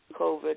COVID